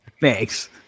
Thanks